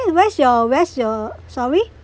where's your where's your sorry